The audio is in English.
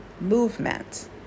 movement